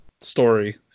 story